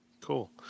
Cool